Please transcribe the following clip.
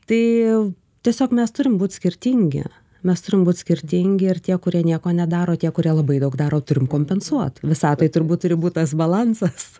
tai tiesiog mes turim būt skirtingi mes turim būt skirtingi ir tie kurie nieko nedaro tie kurie labai daug daro turim kompensuot visatoj turbūt turi būt tas balansas